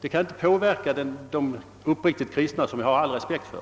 Det kan inte påverka de uppriktigt kristna, som jag har all respekt för.